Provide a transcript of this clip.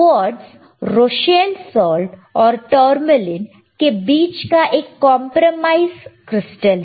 quartz Rochelle salt और tourmaline के बीच का एक कंप्रोमाइज क्रिस्टल है